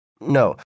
No